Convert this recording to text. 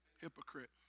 Hypocrite